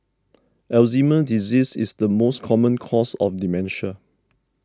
Alzheimer's disease is the most common cause of dementia